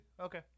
Okay